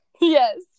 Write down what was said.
Yes